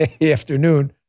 afternoon